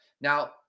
Now